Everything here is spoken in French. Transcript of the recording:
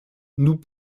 nous